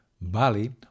Bali